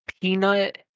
peanut